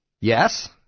Yes